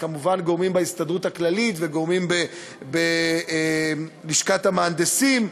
וכמובן גורמים בהסתדרות הכללית וגורמים בלשכת המהנדסים,